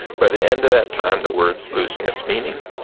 by the end of that time, the word's losing its meaning,